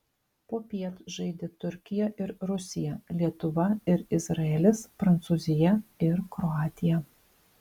popiet žaidė turkija ir rusija lietuva ir izraelis prancūzija ir kroatija